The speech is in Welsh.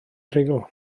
rhugl